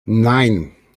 nein